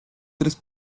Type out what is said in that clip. tres